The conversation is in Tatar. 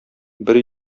бер